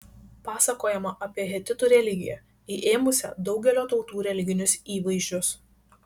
pasakojama apie hetitų religiją įėmusią daugelio tautų religinius įvaizdžius